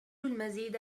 المزيد